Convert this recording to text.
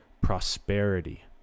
prosperity